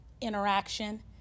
interaction